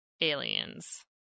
aliens